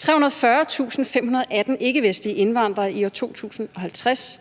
340.518 ikkevestlige indvandrere i år 2050.